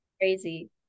Crazy